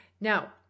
now